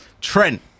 Trent